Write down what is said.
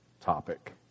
topic